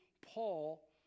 Paul